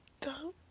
dumb